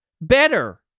Better